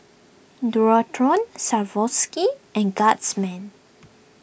Dualtron Swarovski and Guardsman